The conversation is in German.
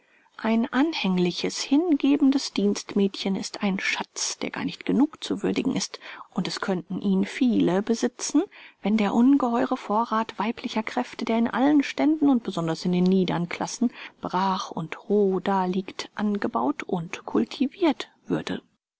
ein anhängliches hingebendes dienstmädchen ist ein schatz der gar nicht genug zu würdigen ist und es könnten ihn viele besitzen wenn der ungeheure vorrath weiblicher kräfte der in allen ständen und besonders in den niedern klassen brach und roh daliegt angebaut und kultivirt würde